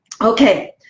Okay